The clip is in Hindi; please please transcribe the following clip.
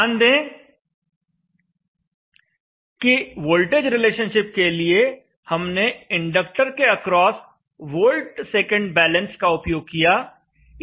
ध्यान दें कि वोल्टेज रिलेशनशिप के लिए हमने इंडक्टर के अक्रॉस वोल्ट सेकंड बैलेंस का उपयोग किया